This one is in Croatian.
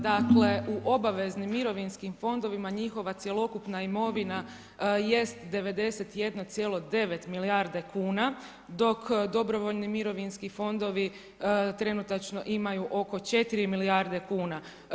Dakle u obaveznim mirovinskim fondovima njihova cjelokupna imovina jest 91,9 milijarde kuna dok dobrovoljni mirovinski fondovi trenutačno imaju oko 4 milijarde kuna.